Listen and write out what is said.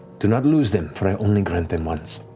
do not lose them, for i only grant them once.